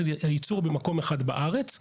הייצור הוא במקום אחד בארץ,